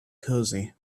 cosy